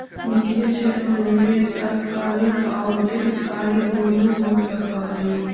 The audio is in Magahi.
वित्तीय क्षेत्र में निवेश अल्पकालिक औउर दीर्घकालिक दुनो हो सकऽ हई